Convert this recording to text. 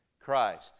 Christ